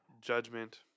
judgment